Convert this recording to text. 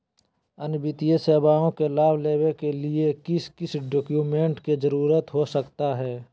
अन्य वित्तीय सेवाओं के लाभ लेने के लिए किस किस डॉक्यूमेंट का जरूरत हो सकता है?